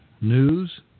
news